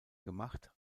gemacht